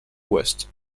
west